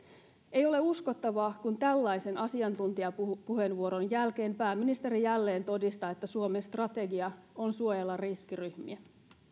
ei ole uskottavaa kun tällaisten asiantuntijapuheenvuorojen jälkeen pääministeri jälleen todistaa että suomen strategia on suojella riskiryhmiä